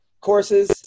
courses